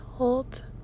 hold